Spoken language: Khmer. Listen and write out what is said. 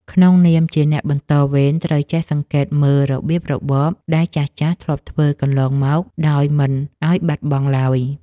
ក្នុងនាមជាអ្នកបន្តវេនត្រូវចេះសង្កេតមើលរបៀបរបបដែលចាស់ៗធ្លាប់ធ្វើកន្លងមកដោយមិនឱ្យបាត់បងឡើយ។